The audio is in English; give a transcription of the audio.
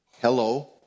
Hello